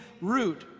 root